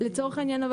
אבל לצורך העניין,